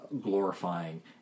glorifying